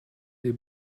des